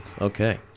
Okay